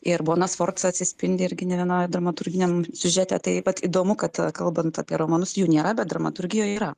ir bona sforca atsispindi irgi ne vienoj dramaturginiam siužete tai vat įdomu kad kalbant apie romanus jų nėra bet dramaturgijoj yra